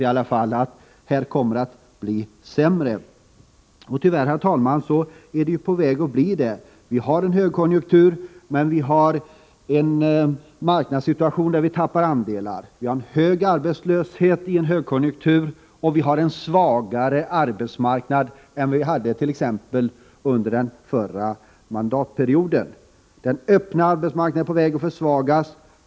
Det gav intrycket att det kommer att bli sämre på arbetsmarknaden. Tyvärr, herr talman, är läget på väg att bli sämre. Vi är inne i en högkonjunktur men har en marknadssituation där vi tappar andelar. Vi har, i högkonjunkturen, en hög arbetslöshet och en svagare arbetsmarknad än under t.ex. förra mandatperioden. Den öppna arbetsmarknaden håller på att försvagas.